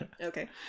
Okay